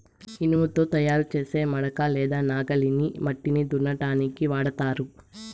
ఇనుముతో తయారు చేసే మడక లేదా నాగలిని మట్టిని దున్నటానికి వాడతారు